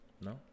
No